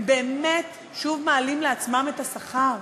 הם באמת שוב מעלים לעצמם את השכר?